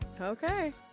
Okay